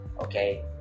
Okay